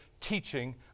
teaching